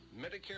Medicare